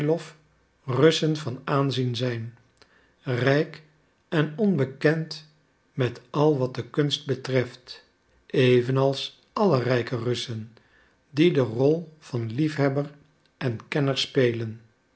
russen van aanzien zijn rijk en onbekend met al wat de kunst betreft evenals alle rijke russen die de rol van liefhebber en kenner spelen